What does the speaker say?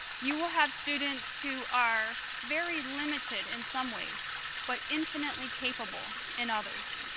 you will have students who are very limited in some ways but infinitely capable in others.